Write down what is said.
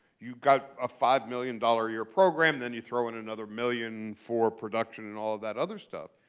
you've got a five million dollars a year program. then you throw in another million for production and all that other stuff.